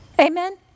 Amen